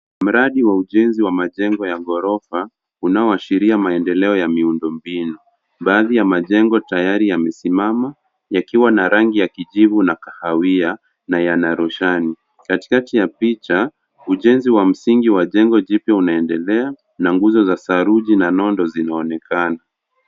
Mradi wa ujenzi wa majengo ya gorofa, unaoashiria maendeleo ya miundo mbinu. Baadhi ya majengo tayari yamesimama, yakiwa na rangi ya kijivu na kahawiya na yana roshani. Katikati ya picha, ujenzi wa msingi wa jengo jipya unaendelea na nguzo za saruji na nondo zinaonekana.